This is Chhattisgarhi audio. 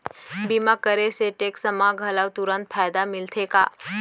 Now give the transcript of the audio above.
बीमा करे से टेक्स मा घलव तुरंत फायदा मिलथे का?